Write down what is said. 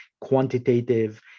quantitative